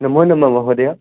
नमो नमः महोदयः